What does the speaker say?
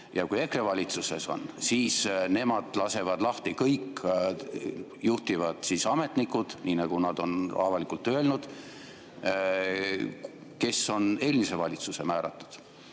Ja kui EKRE on valitsuses, siis nemad lasevad lahti kõik juhtivad ametnikud, nii nagu nad on avalikult öelnud, kes on eelmise valitsuse määratud. Selles